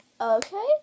Okay